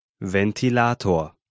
Ventilator